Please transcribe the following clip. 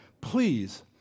Please